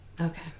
Okay